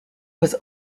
was